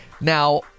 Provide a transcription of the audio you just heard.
Now